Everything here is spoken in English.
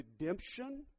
redemption